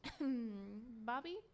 Bobby